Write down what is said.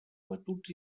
batuts